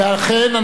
ולכן,